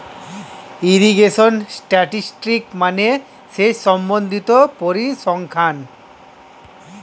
irrigation statistics মানে সেচ সম্বন্ধিত পরিসংখ্যান